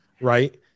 right